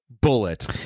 Bullet